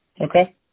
Okay